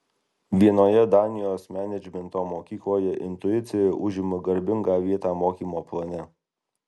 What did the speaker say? vienoje danijos menedžmento mokykloje intuicija užima garbingą vietą mokymo plane